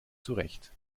zurecht